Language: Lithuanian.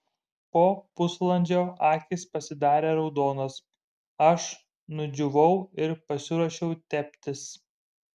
po pusvalandžio akys pasidarė raudonos aš nudžiūvau ir pasiruošiau teptis